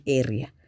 area